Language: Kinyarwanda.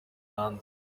hanze